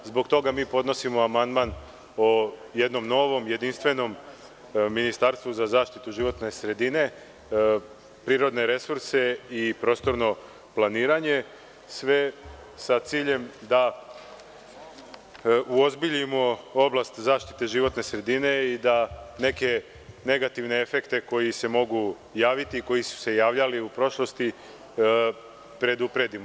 Zbog toga podnosimo amandman o jednom novom, jedinstvenom ministarstvu za zaštitu životne sredine, prirodne resurse i prostorno planiranje, sve sa ciljem da uozbiljimo oblast zaštite životne sredine i da neke negativne efekte koji se mogu javiti i koji su se javili u prošlosti predupredimo.